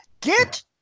Get